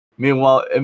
Meanwhile